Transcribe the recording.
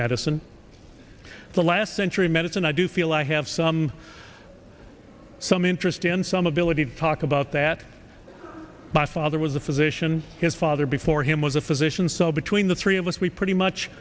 medicine the last century medicine i do feel i have some some interest in some ability to talk about that my father was a physician his father before him was a physician so between the three of us we pretty much